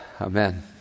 Amen